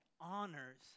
honors